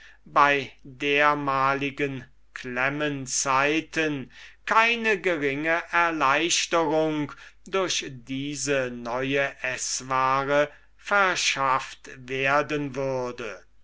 bei dermaligen klemmen zeiten keine geringe erleichterung durch diese neue eßware verschafft werden würde